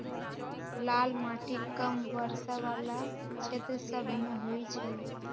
लाल माटि कम वर्षा वला क्षेत्र सभमें होइ छइ